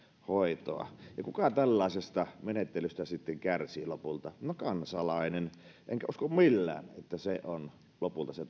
hoitoa kuka tällaisesta menettelystä kärsii lopulta no kansalainen enkä usko millään että se on lopulta se